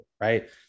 Right